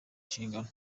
nshingano